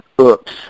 oops